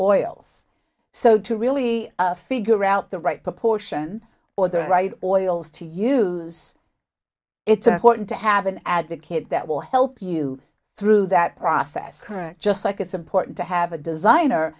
oils so to really figure out the right proportion or the right orioles to use it's an important to have an advocate that will help you through that process just like it's important to have a designer